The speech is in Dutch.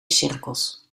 cirkels